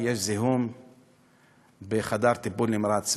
יש זיהום בחדר טיפול נמרץ.